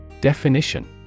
Definition